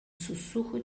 sussurro